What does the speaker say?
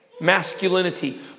masculinity